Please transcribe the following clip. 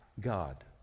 God